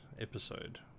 episode